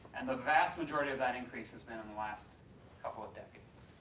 and the vast majority of that increase has been in the last couple of decades.